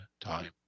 time